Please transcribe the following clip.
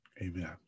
Amen